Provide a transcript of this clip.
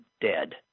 dead